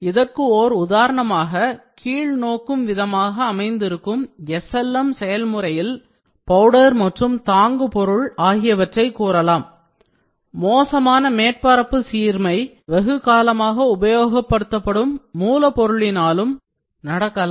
இதற்கு ஓர் உதாரணமாக கீழ் நோக்கும் விதமாக அமைந்திருக்கும் SLM செயல்முறையில் பவுடர் மற்றும் தாங்கு பொருள் ஆகியவற்றைக் கூறலாம் மோசமான மேற்பரப்பு சீர்மை வெகுகாலமாக உபயோகப்படுத்தப்படும் மூலப்பொருளினாலும் நடக்கலாம்